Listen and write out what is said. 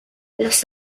los